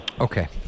Okay